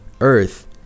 earth